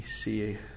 see